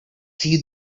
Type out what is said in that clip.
see